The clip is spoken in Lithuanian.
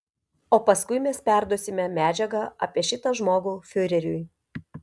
o paskui mes perduosime medžiagą apie šitą žmogų fiureriui